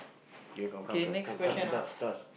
K come come come come charge charge charge